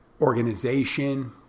organization